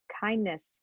kindness